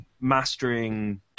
mastering